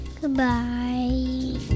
Goodbye